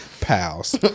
pals